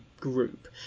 group